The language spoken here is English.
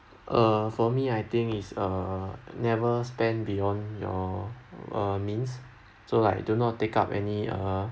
uh for me I think is uh never spend beyond your uh means so like do not take up any uh